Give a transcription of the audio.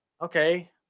okay